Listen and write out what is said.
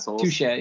Touche